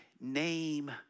name